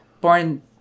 Born